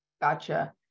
Gotcha